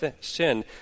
sin